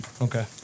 Okay